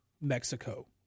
Mexico